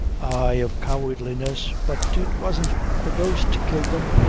ay, of cowardliness but it wasn't the ghost killed them.